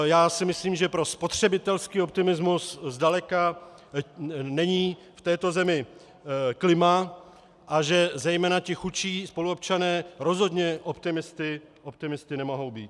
Já si myslím, že pro spotřebitelský optimismus zdaleka není v této zemi klima a že zejména ti chudší spoluobčané rozhodně optimisty nemohou být.